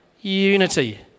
Unity